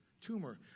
tumor